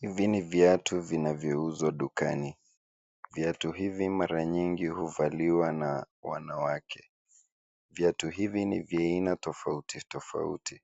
Hivi ni viatu vinavyouzwa dukani. Viatu hivi mara nyingi huvaliwa na wanawake. Viatu hivi ni vya aina tofauti tofauti.